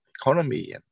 economy